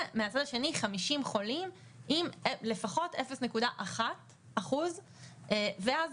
ומהצד השני 50 חולים עם לפחות 0.1% ואז